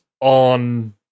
on